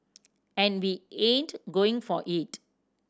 and we ain't going for it